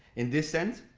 in this sense,